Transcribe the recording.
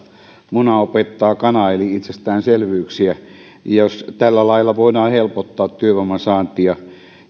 muna opettaa kanaa eli opitaan itsestäänselvyyksiä jos tällä lailla voidaan helpottaa työvoiman saantia